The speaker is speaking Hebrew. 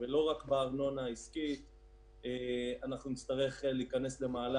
אלא 1 עד 6. זו גם הבקשה של הוועדה.